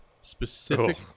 Specific